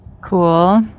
Cool